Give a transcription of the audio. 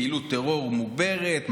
פעילות טרור מוגברת,